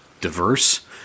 diverse